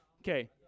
okay